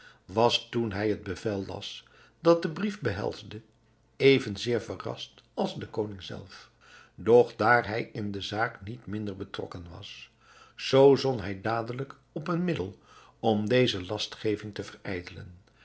was toen hij het bevel las dat de brief behelsde even zeer verrast als de koning zelf doch daar hij in de zaak niet minder betrokken was zoo zon hij dadelijk op een middel om deze lastgeving te